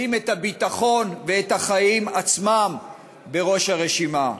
לשים את הביטחון ואת החיים עצמם בראש הרשימה.